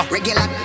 Regular